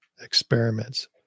experiments